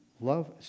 love